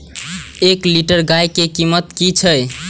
एक लीटर गाय के कीमत कि छै?